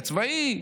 הצבאי.